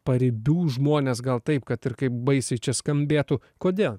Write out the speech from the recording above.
paribių žmones gal taip kad ir kaip baisiai čia skambėtų kodėl